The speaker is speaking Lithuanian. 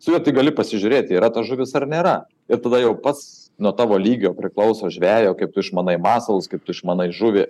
su juo gali pasižiūrėti yra tos žuvys ar nėra ir tada jau pats nuo tavo lygio priklauso žvejo kaip tu išmanai masalus kaip tu išmanai žuvį